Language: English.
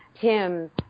Tim